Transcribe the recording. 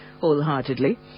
wholeheartedly